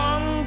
One